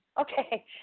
Okay